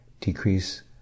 decrease